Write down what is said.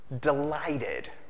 delighted